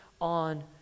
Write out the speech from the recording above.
on